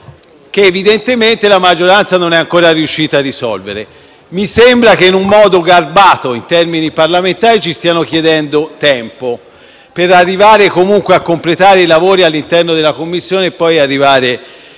che evidentemente la maggioranza non è ancora riuscita a risolvere. Mi sembra che - in un modo garbato, in termini parlamentari - ci stiano chiedendo tempo per arrivare comunque a completare i lavori all'interno delle Commissioni riunite